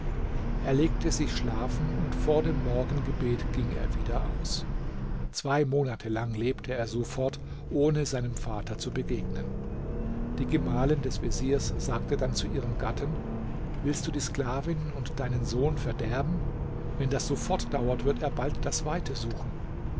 er legte sich schlafen und vor dem morgengebet ging er wieder aus zwei monate lang lebte er so fort ohne seinem vater zu begegnen die gemahlin des veziers sagte dann zu ihrem gatten willst du die sklavin und deinen sohn verderben wenn das so fortdauert wird er bald das weite suchen